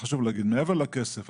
מעבר לכסף,